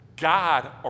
God